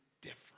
different